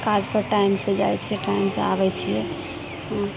काजपर time सऽ जाइ छियै टाइम सऽ आबै छियै